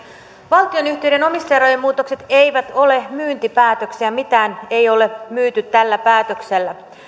valtionyhtiöiden omistajarajojen muutokset eivät ole myyntipäätöksiä mitään ei ole myyty tällä päätöksellä